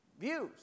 views